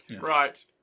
Right